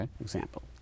example